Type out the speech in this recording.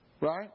Right